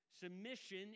Submission